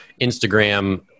Instagram